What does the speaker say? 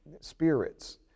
spirits